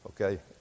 okay